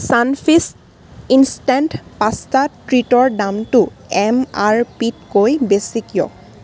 Sunfeast instant pasta ট্ৰিটৰ দামটো M R পিতকৈ বেছি কিয়